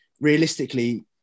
realistically